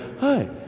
Hi